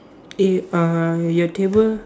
eh uh your table